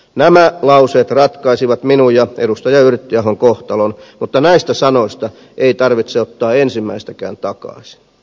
nämä lauseet ratkaisivat minun ja edustaja yrttiahon kohtalon mutta näistä sanoista ei tarvitse ottaa ensimmäistäkään takaisin